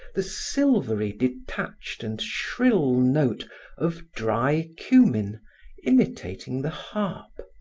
the silvery detached and shrill note of dry cumin imitating the harp.